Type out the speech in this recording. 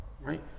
right